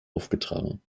aufgetragen